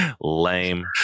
lame